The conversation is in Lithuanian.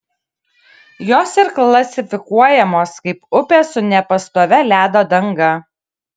jos ir klasifikuojamos kaip upės su nepastovia ledo danga